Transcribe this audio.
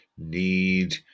need